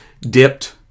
dipped